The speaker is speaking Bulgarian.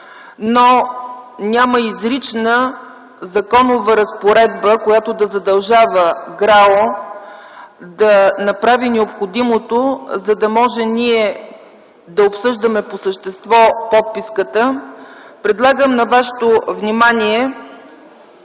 но няма изрична законова разпоредба, която да задължава ГРАО да направи необходимото, за да можем ние да обсъждаме по същество подписката, предлагам на вашето внимание